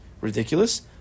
ridiculous